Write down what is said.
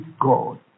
God